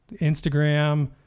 Instagram